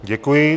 Děkuji.